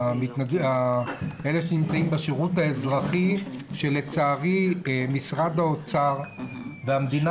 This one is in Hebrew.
אלה שנמצאים בשירות האזרחי שלצערי משרד האוצר והמדינה